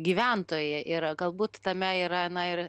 gyventojai yra galbūt tame yra na ir